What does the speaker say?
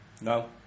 No